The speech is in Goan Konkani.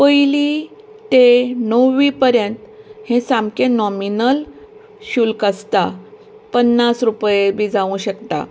पयलीं ते णव्वी पर्यंत हे सामकें नोमिनल शुल्क आसता पन्नास रूपये बी जावूंक शकता